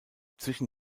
zwischen